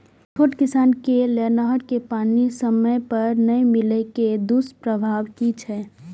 छोट किसान के लेल नहर के पानी समय पर नै मिले के दुष्प्रभाव कि छै?